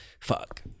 Fuck